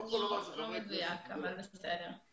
לא כל דבר צריך להגיע לכאן.